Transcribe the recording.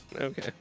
Okay